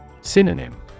Synonym